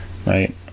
Right